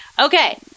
Okay